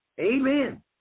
Amen